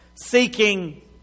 seeking